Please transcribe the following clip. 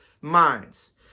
minds